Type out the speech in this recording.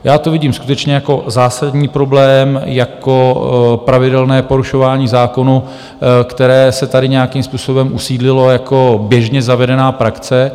Já to vidím skutečně jako zásadní problém, jako pravidelné porušování zákona, které se tady nějakým způsobem usídlilo jako běžně zavedená praxe.